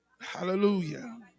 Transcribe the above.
Hallelujah